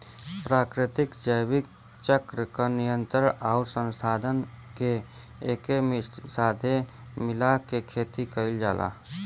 प्राकृतिक जैविक चक्र क नियंत्रण आउर संसाधन के एके साथे मिला के खेती कईल जाला